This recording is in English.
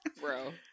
Bro